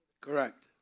Correct